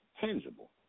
tangible